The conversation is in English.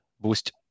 boost